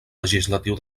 legislatiu